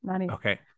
Okay